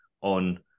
on